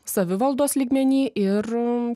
savivaldos lygmeny ir